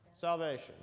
salvation